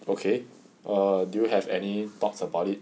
okay err do you have any thoughts about it